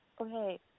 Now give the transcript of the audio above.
okay